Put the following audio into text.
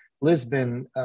Lisbon